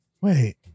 wait